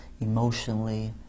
emotionally